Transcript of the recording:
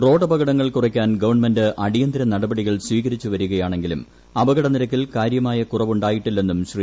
റോഡപകടങ്ങൾ കുറയ്ക്കാൻ ഗവൺമെന്റ് അടിയന്തര നടപടികൾ സ്വീകരിച്ചു വരികയാണെങ്കിലും അപകട നിരക്കിൽ കാര്യമായ കുറവുണ്ടായിട്ടില്ലെന്നും ശ്രീ